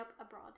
abroad